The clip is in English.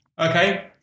Okay